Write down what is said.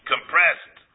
compressed